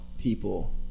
people